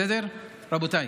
רבותיי,